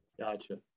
Gotcha